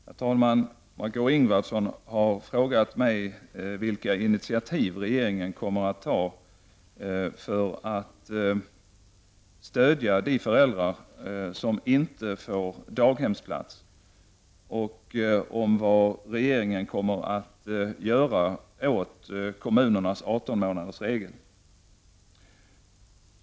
Herr talman! Margó Ingvardsson har frågat mig vilka initiativ regeringen kommer att ta för att stödja de föräldrar som inte får daghemsplats och om vad regeringen kommer att göra åt kommunernas 18-månadersregel.